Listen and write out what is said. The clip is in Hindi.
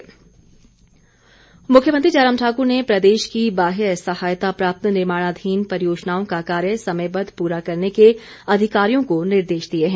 जयराम ठाकुर मुख्यमंत्री जयराम ठाक्र ने प्रदेश की बाहय सहायता प्राप्त निर्माणाधीन परियोजनाओं का कार्य समयबद्व पूरा करने के अधिकारियों को निर्देश दिए हैं